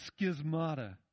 schismata